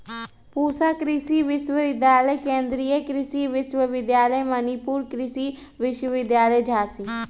पूसा कृषि विश्वविद्यालय, केन्द्रीय कृषि विश्वविद्यालय मणिपुर, कृषि विश्वविद्यालय झांसी